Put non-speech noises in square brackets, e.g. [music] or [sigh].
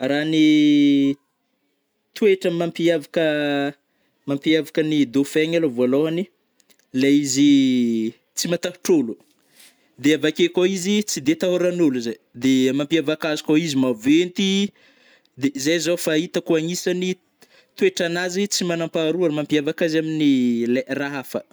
Ra ny [hesitation] toetra mampiavaka-mampiavaka ny dauphin igny alo vôlohany, le izy [hesitation] tsy matahotra ôlo de avake kôa izy tsy de atahoran'ôlo zai, de mampiavaka azy kô izy maventy de zay zô fa hitako agnisany toetran'azy tsy manampaharoa ny mampiavaka amin'ny [hesitation] lai ra hafa.